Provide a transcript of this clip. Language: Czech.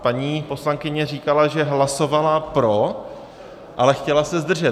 Paní poslankyně říkala, že hlasovala pro, ale chtěla se zdržet.